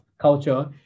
culture